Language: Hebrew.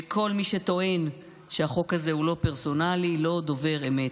וכל מי שטוען שהחוק הזה הוא לא פרסונלי לא דובר אמת,